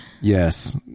Yes